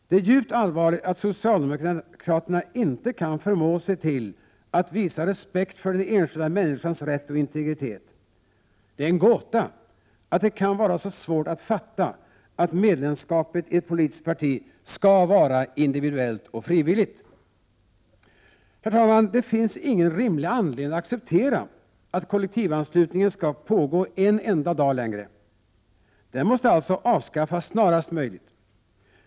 Det är djupt allvarligt att socialdemokraterna inte kan förmå sig till att visa respekt för den enskilda människans rätt och integritet. Det är en gåta att det kan vara så svårt att fatta att medlemskapet i ett politiskt parti skall vara individuellt och frivilligt. Herr talman! Det finns ingen rimlig anledning att acceptera att kollektivanslutningen skall pågå en enda dag längre. Den måste alltså avskaffas snarast möjligt.